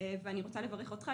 ואני רוצה לברך אותך,